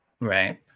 Right